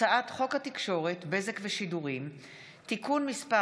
הצעת חוק הביטחון הלאומי (תיקון מס'